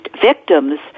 victims